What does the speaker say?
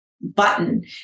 button